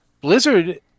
Blizzard